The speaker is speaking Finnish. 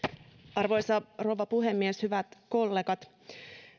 arvoisa rouva puhemies hyvät kollegat